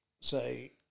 say